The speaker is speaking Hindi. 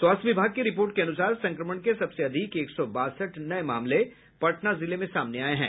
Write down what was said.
स्वास्थ्य विभाग की रिपोर्ट के अनुसार संक्रमण के सबसे अधिक एक सौ बासठ नये मामले पटना जिले में सामने आये हैं